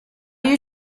you